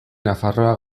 nafarroa